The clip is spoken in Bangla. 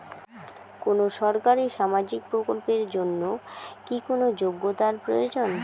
কোনো সরকারি সামাজিক প্রকল্পের জন্য কি কোনো যোগ্যতার প্রয়োজন?